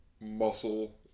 muscle